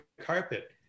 carpet